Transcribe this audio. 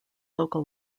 local